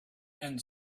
and